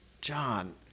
John